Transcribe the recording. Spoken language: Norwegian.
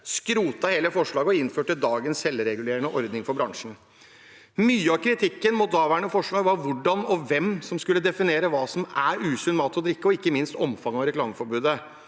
skrotet hele forslaget og innførte dagens selvregulerende ordning for bransjen. Mye av kritikken mot daværende forslag var hvem som skulle definere hva som er usunn mat og drikke, og hvordan, og ikke minst omfanget av reklameforbudet.